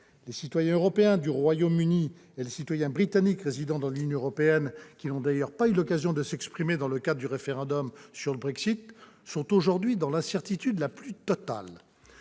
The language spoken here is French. Les citoyens européens du Royaume-Uni et les citoyens britanniques résidant dans l'Union européenne, qui n'ont d'ailleurs pas eu l'occasion de s'exprimer dans le cadre du référendum sur le Brexit, sont aujourd'hui dans l'incertitude la plus totale.